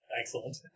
Excellent